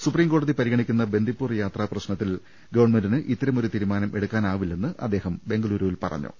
സുപ്രീംകോടതി പരിഗണിക്കുന്ന ബന്ദിപ്പൂർ യാത്രാ പ്രശ് നത്തിൽ ഗവൺമെന്റിന് ഇത്തരമൊരു തീരുമാനമെടുക്കാനാവി ല്ലെന്നും അദ്ദേഹം ബെങ്ക ലൂ രു വിൽ പറഞ്ഞു